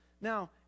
Now